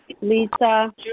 Lisa